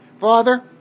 Father